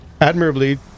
admirably